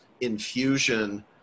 infusion